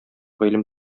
гыйлем